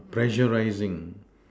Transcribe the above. pressuring